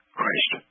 Christ